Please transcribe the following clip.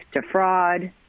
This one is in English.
defraud